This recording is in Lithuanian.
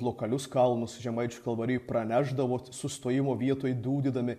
lokalius kalnus žemaičių kalvarijoj pranešdavo sustojimo vietoj dūdydami